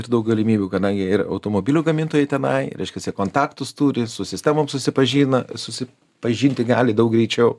ir daug galimybių kadangi ir automobilių gamintojai tenai reiškias jie kontaktus turi su sistemoms susipažina susipažinti gali daug greičiau